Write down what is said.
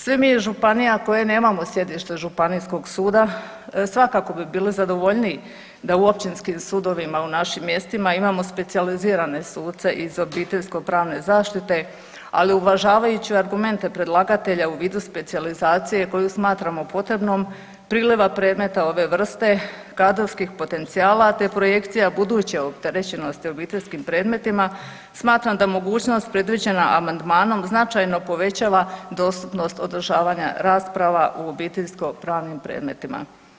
Svi mi županija koji nemamo sjedište županijskog suda svakako bi bili zadovoljniji da u općinskim sudovima u našim mjestima imamo specijalizirane suce iz obiteljsko pravne zaštite, ali uvažavajući argumente predlagatelja u vidu specijalizacije koju smatramo potrebnom, priliva predmeta ove vrste, kadrovskih potencijala, te projekcija buduće opterećenosti obiteljskim predmetima smatram da mogućnost predviđena amandmanom značajno povećava dostupnost održavanja rasprava u obiteljsko pravnim predmetima.